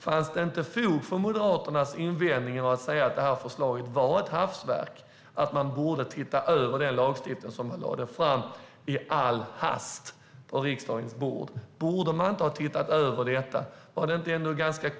Fanns det inte fog för Moderaternas invändningar att förslaget var ett hafsverk och att man borde se över den lagstiftning som man lade fram i all hast? Skulle det inte ha varit